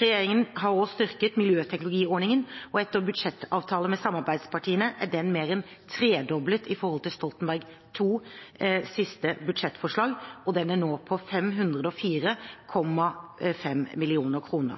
Regjeringen har styrket miljøteknologiordningen, og etter budsjettavtalen med samarbeidspartiene er den mer enn tredoblet i forhold til Stoltenberg II-regjeringens siste budsjettforslag, og den er nå på 504,5 mill. kr